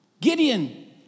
Gideon